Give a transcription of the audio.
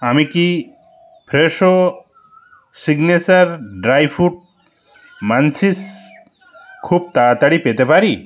আমি কি Fresho signature dry fruit munchies খুব তাড়াতাড়ি পেতে পারি